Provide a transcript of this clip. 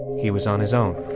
he was on his own